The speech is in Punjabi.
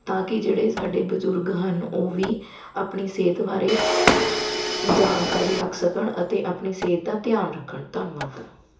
ਤਾਂ ਕਿ ਜਿਹੜੇ ਸਾਡੇ ਬਜ਼ੁਰਗ ਹਨ ਉਹ ਵੀ ਆਪਣੀ ਸਿਹਤ ਬਾਰੇ ਜਾਣਕਾਰੀ ਰੱਖ ਸਕਣ ਅਤੇ ਆਪਣੀ ਸਿਹਤ ਦਾ ਧਿਆਨ ਰੱਖਣ ਧੰਨਵਾਦ